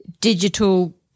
digital